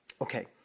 Okay